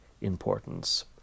importance